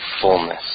fullness